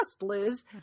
Liz